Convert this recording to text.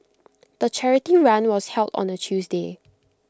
the charity run was held on A Tuesday